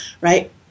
right